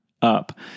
up